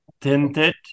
tinted